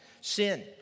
sin